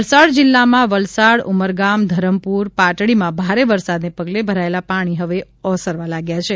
વલસાડ જિલ્લામાં વલસાડ ઉમરગામ ધરમપુર પાટડીમાં ભારે વરસાદને પગલે ભરાયેલા પાણી હવે ઓસરવા લાગ્યા છે